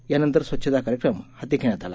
यानंतर स्वच्छता कार्यक्रम हाती घेण्यात आला